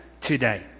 today